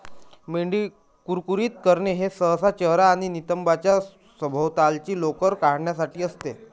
मेंढी कुरकुरीत करणे हे सहसा चेहरा आणि नितंबांच्या सभोवतालची लोकर काढण्यासाठी असते